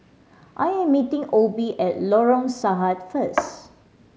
I am meeting Obie at Lorong Sahad first